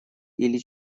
или